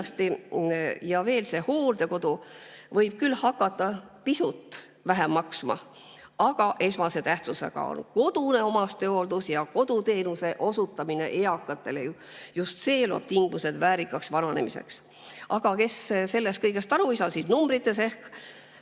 veel see, et hooldekodu[koht] võib küll hakata pisut vähem maksma, aga esmase tähtsusega on kodune omastehooldus ja koduteenuse osutamine eakatele. Just see loob tingimused väärikaks vananemiseks. Aga nendele, kes sellest kõigest aru ei saa, toon numbrites